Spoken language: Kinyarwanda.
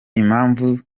impamvu